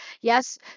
Yes